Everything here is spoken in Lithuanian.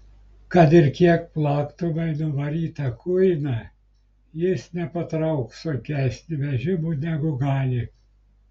kad ir kiek plaktumei nuvarytą kuiną jis nepatrauks sunkesnio vežimo negu gali